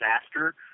disaster